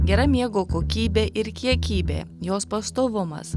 gera miego kokybė ir kiekybė jos pastovumas